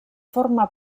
forma